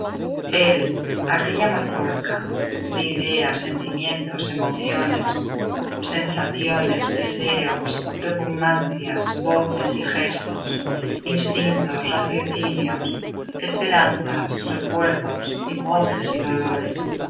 él aquella mazorca de ideas sentimientos emociones sensaciones deseos repugnancias voces y gestos instintos raciocinios esperanzas recuerdos y goces y dolores